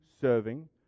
serving